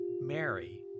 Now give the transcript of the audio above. Mary